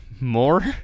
More